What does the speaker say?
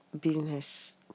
business